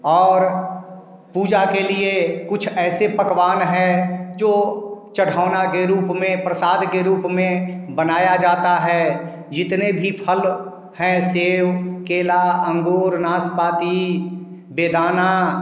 और पूजा के लिए कुछ ऐसे पकवान हैं जो चढ़ावना के रूप में प्रसाद के रुप में बनाया जाता है जितने भी फल है सेब केला अंगूर नाशपाती बेदाना